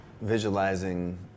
visualizing